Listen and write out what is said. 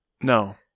No